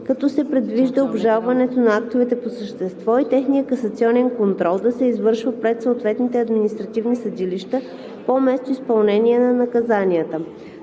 като се предвижда обжалването на актовете по същество и техният касационен контрол да се извършва пред съответните административни съдилища по местоизпълнение на наказанията.